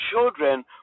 children